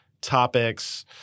topics